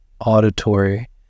auditory